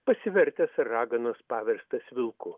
pasivertęs raganos paverstas vilku